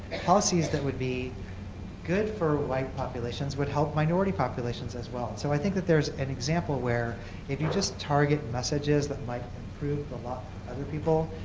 policies that would be good for white populations would help minority populations as well. so i think that there is an example where if you just target messages that might improve the life of other people,